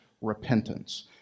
repentance